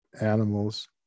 animals